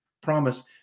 promise